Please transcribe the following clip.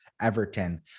Everton